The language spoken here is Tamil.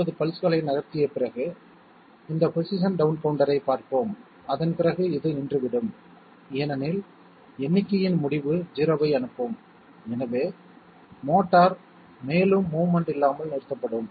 250 பல்ஸ்களை நகர்த்திய பிறகு இந்த பொசிஷன் டவுன் கவுண்டரைப் பார்ப்போம் அதன் பிறகு இது நின்றுவிடும் ஏனெனில் எண்ணிக்கையின் முடிவு 0 ஐ அனுப்பும் எனவே மோட்டார் மேலும் மோவ்மென்ட் இல்லாமல் நிறுத்தப்படும்